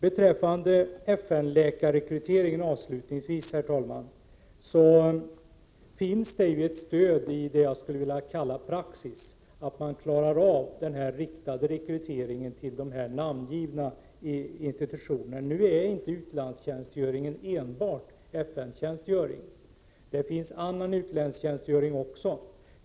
Beträffande FN-läkarrekryteringen finns det stöd i praxis för den riktade rekryteringen av läkare till de namngivna institutionerna. Utlandstjänstgöring är inte enbart FN-tjänstgöring. Det finns annan utlandstjänstgöring.